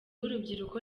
urubyiruko